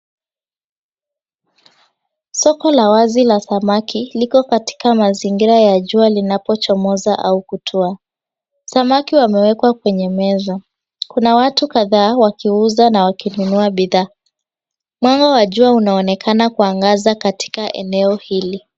Soko la wazi la samaki liko katika mazingira ya jua linapochomoza au kutua. Samaki wamewekwa kwenye meza. Kuna watu kadhaa wakiuza na wakinunua bidhaa. Mwanga wa jua unaonekana kuangaza katika eneo hili.